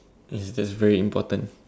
yes that's very important